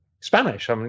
Spanish